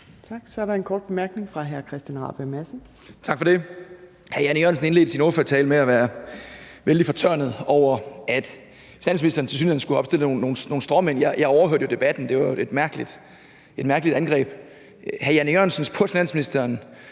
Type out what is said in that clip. Rabjerg Madsen. Kl. 14:37 Christian Rabjerg Madsen (S): Tak for det. Hr. Jan E. Jørgensen indledte sin ordførertale med at være vældig fortørnet over, at finansministeren tilsyneladende skulle have opstillet nogle stråmænd. Jeg overhørte jo debatten, og det var et mærkeligt angreb. Hr. Jan E. Jørgensen spurgte finansministeren,